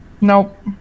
Nope